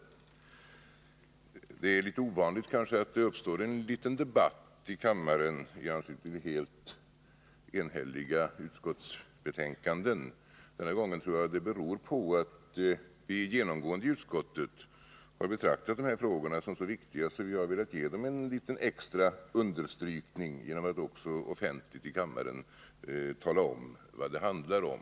Det är kanske ovanligt att det uppstår en liten debatt i kammaren i anslutning till helt enhälliga utskottsbetänkanden. Denna gång tror jag det beror på att vi i utskottet genomgående har betraktat de här frågorna som så viktiga att vi har velat ge dem en extra understrykning genom att också offentligt i kammaren tala om vad det handlar om.